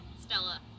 Stella